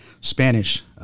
Spanish